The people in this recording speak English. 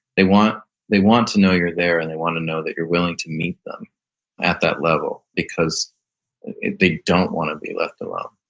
they want they want to know you're there and they want to know that you're willing to meet them at that level, because they don't want to be left alone.